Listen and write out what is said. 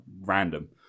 random